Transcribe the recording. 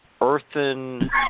earthen